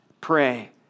pray